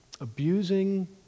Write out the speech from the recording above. abusing